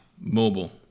Mobile